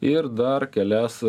ir dar kelias